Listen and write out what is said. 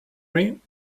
ring